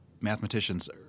mathematicians